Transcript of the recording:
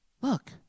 Look